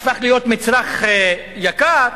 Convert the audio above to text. הפך להיות מצרך יקר,